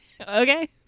okay